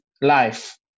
life